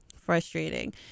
frustrating